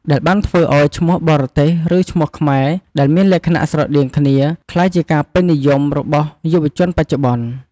ដែលបានធ្វើឲ្យឈ្មោះបរទេស ឬឈ្មោះខ្មែរដែលមានលក្ខណៈស្រដៀងគ្នា ក្លាយជាការពេញនិយមរបស់យុវជនបច្ចុប្បន្ន។